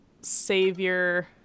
savior